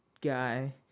guy